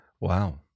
Wow